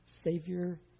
Savior